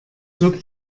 wird